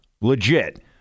legit